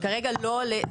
כי כרגע לא עולה,